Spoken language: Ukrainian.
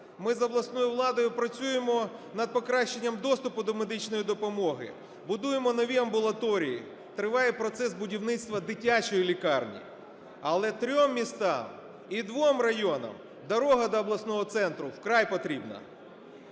Ми з обласною владою працюємо над покращенням доступу до медичної допомоги, будуємо нові амбулаторії, триває процес будівництва дитячої лікарні. Але трьом містам і двом районам дорога до обласного центру вкрай потрібна.